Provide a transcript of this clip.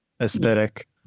aesthetic